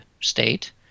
state